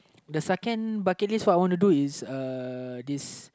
the second bucket list what I wanna do is uh this